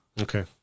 Okay